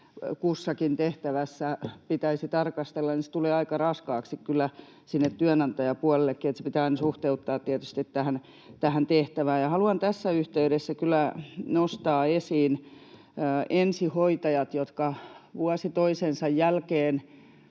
kussakin tehtävässä pitäisi tarkastella, tulee aika raskas sinne työnantajapuolellekin, eli se pitää aina suhteuttaa tietysti tähän tehtävään. Haluan tässä yhteydessä kyllä nostaa esiin ensihoitajat, jotka vuosi toisensa jälkeen